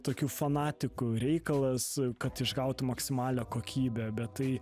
tokių fanatikų reikalas kad išgautų maksimalią kokybę bet tai